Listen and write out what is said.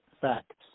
facts